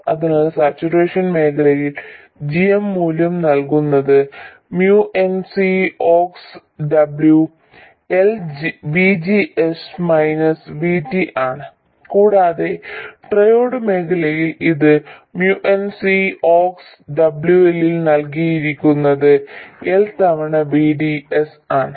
അതിനാൽ സാച്ചുറേഷൻ മേഖലയിൽ g m മൂല്യം നൽകുന്നത് mu n C ox W L VGS minus VT ആണ് കൂടാതെ ട്രയോഡ് മേഖലയിൽ ഇത് mu n C ox W ൽ നൽകിയിരിക്കുന്നത് L തവണ VDS ആണ്